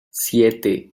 siete